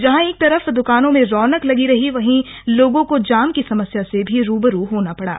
जहां एक तरफ द्रकानों में रौनक लगी रही वहीं लोगों को जाम की समस्या से भी रू ब रू होना पड़ा